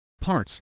parts